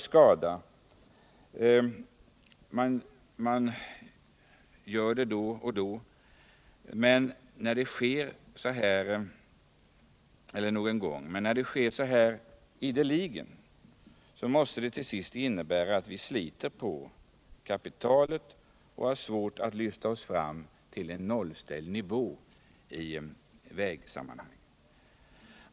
Sker det då och då blir det ingen större skada, men sker det ideligen så måste det innebära att vi sliter på kapitalet och har svårt att lyfta oss fram till en nollställd nivå i vägsammanhang.